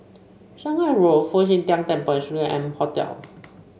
Shanghai Road Fu Xi Tang Temple and M Hotel